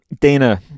Dana